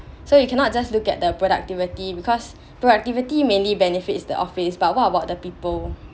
so you cannot just look at the productivity because productivity mainly benefits the office but what about the people